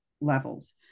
levels